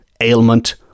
ailment